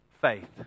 faith